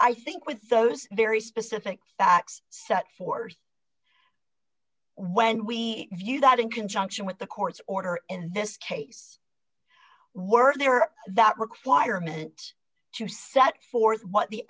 i think with those very specific facts set forth when we view that in conjunction with the court's order in this case were there that requirement to set forth what the